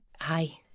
Hi